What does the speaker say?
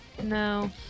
No